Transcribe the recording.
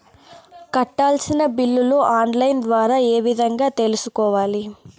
కట్టాల్సిన బిల్లులు online ద్వారా ఏ విధంగా తెలుసుకోవాలి?